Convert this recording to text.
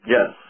Yes